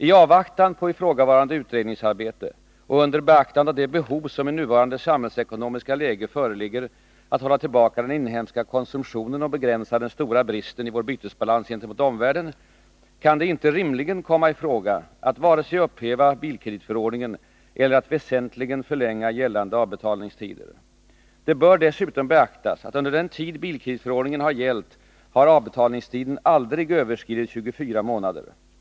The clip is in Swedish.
I avvaktan på ifrågavarande utredningsarbete och under beaktande av det behov som i nuvarande samhällsekonomiska läge föreligger att hålla tillbaka den inhemska konsumtionen och begränsa den stora bristen i vår bytesbalans gentemot omvärlden, kan det inte rimligen komma i fråga att vare sig upphäva bilkreditförordningen eller att väsentligen förlänga gällande avbetalningstider. Det bör dessutom beaktas, att under den tid bilkreditförordningen har gällt så har avbetalningstiden aldrig överskridit 24 månader.